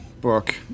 book